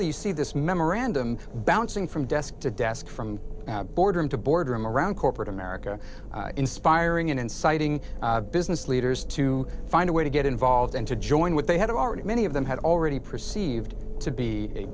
you see this memorandum bouncing from desk to desk from boredom to boredom around corporate america inspiring and inciting business leaders to find a way to get involved and to join what they had already many of them had already perceived to be a